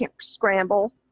scramble